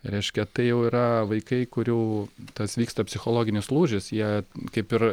reiškia tai jau yra vaikai kurių tas vyksta psichologinis lūžis jie kaip ir